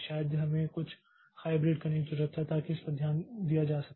शायद हमें कुछ हाइब्रिड करने की ज़रूरत है ताकि इस पर ध्यान दिया जा सके